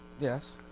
Yes